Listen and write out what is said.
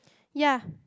ya